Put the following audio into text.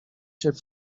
się